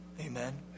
Amen